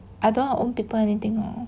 although our own people anything lor